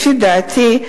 לפי דעתי,